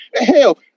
Hell